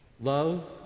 Love